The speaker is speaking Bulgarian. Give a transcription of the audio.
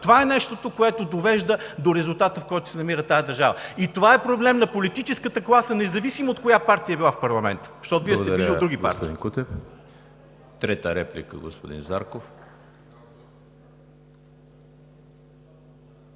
това е нещото, което довежда до резултата, в който се намира тази държава. И това е проблем на политическата класа, независимо от коя партия е била в парламента, защото Вие сте били и от други партии. ПРЕДСЕДАТЕЛ ЕМИЛ